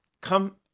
Come